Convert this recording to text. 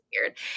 weird